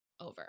over